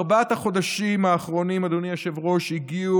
אדוני היושב-ראש, בארבעת החודשים האחרונים הגיעו